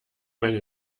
meine